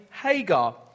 Hagar